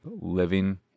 living